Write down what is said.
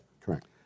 Correct